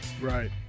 right